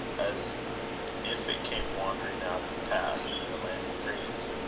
as if it came wandering out of the past and the land of dreams,